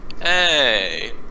Hey